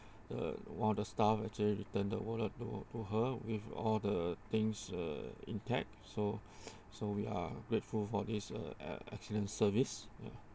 the while the staff actually returned the wallet to to her with all the things uh intact so so we are grateful for is uh ex~ excellent service ya